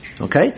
okay